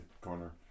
corner